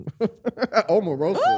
Omarosa